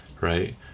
right